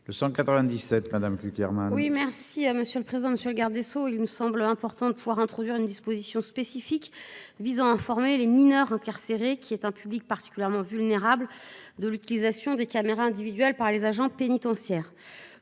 le 197 madame vulgairement. Oui merci à monsieur le président, monsieur le garde des Sceaux, il me semble important de pouvoir introduire une disposition spécifique visant à informer les mineurs incarcérés, qui est un public particulièrement vulnérable de l'utilisation des caméras individuelles par les agents pénitentiaires.